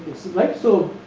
right. so,